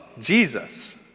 Jesus